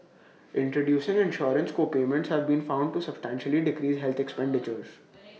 introducing insurance co payments have been found to substantially decrease health expenditures